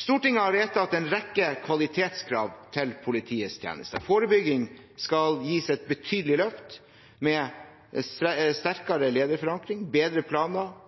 Stortinget har vedtatt en rekke kvalitetskrav til politiets tjenester. Forebygging skal gis et betydelig løft med sterkere lederforankring, bedre planer,